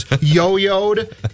yo-yoed